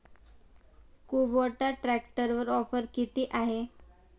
Kubota ट्रॅक्टरवर offer किती आहे?